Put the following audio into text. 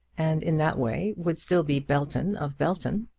and in that way would still be belton of belton.